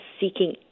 seeking